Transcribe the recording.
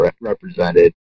represented